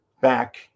back